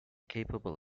capable